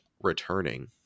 returning